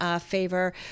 favor